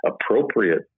appropriate